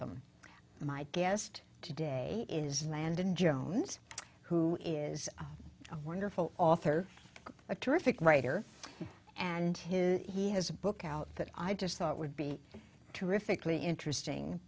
and my guest today is landon jones who is a wonderful author a terrific writer and his he has a book out that i just thought would be terrifically interesting